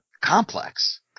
complex